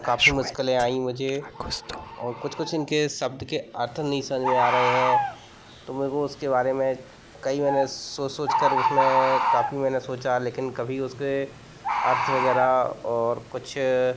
काफी मुश्किलें आईं मुझे और कुछ कुछ इनके शब्द के अर्थ नहीं समझ में आ रहे हैं तो मेरे को उसके बारे में कई मैंने सोच सोचकर उसमें काफ़ी मैंने सोचा लेकिन कभी उसके अर्थ वग़ैरह और कुछ